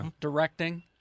directing